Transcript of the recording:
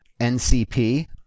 NCP